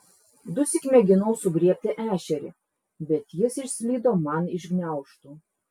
dusyk mėginau sugriebti ešerį bet jis išslydo man iš gniaužtų